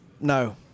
No